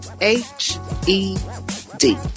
H-E-D